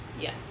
yes